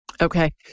Okay